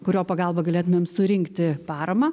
kurio pagalba galėtumėm surinkti paramą